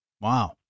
Wow